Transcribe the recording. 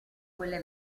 quelle